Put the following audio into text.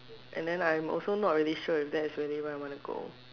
and then I'm also not really sure is that's really where I want to go